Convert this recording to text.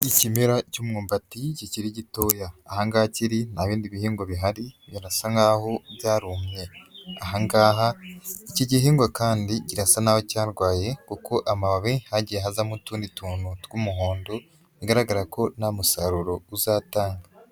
Ikimera cy'umwumbati kikiri gitoya, aha ngaha kiri nta bindi bihingwa bihari, birasa nk'aho byarumbye, aha ngaha iki gihingwa kandi kirasa naho cyarwaye kuko amababi hagiye hazamo utundi tuntu tw'umuhondo, bigaragara ko nta musaruro uzatanga.